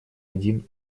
один